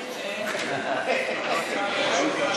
אתכם.